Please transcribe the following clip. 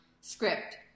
script